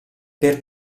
per